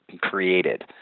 created